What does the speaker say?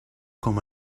com